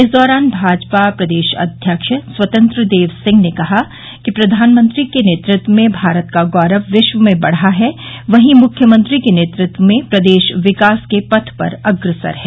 इस दौरान भाजपा प्रदेश अध्यक्ष स्वतंत्र देव सिंह ने कहा कि प्रधानमंत्री के नेतृत्व में भारत का गौरव विश्व में बढ़ा है वहीं मुख्यमंत्री के नेतृत्व में प्रदेश विकास के पथ पर अग्रसर है